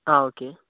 ആ ഓക്കെ